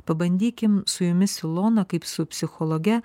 pabandykim su jumis ilona kaip su psichologe